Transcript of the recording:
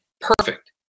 perfect